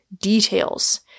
details